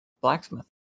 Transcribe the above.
blacksmith